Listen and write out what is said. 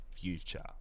future